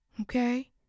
Okay